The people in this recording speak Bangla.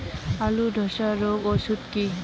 আলুর ধসা রোগের ওষুধ কি?